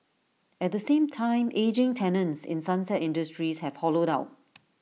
at the same time ageing tenants in sunset industries have hollowed out